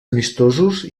amistosos